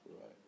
Right